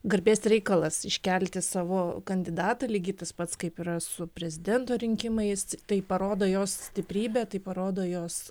garbės reikalas iškelti savo kandidatą lygiai tas pats kaip yra su prezidento rinkimais tai parodo jos stiprybė tai parodo jos